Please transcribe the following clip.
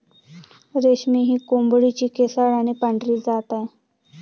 रेशमी ही कोंबडीची केसाळ आणि पांढरी जात आहे